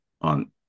on